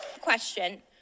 Question